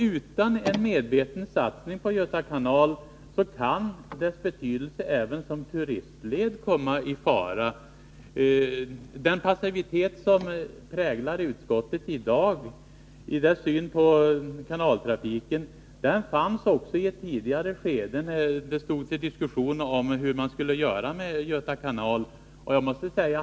Utan en medveten satsning på Göta kanal kan dess betydelse även som turistled komma i fara. Den passivitet som i dag präglar utskottets syn på kanaltrafik fanns också i ett tidigare skede, när det fördes en diskussion om hur man skulle göra med Göta kanal.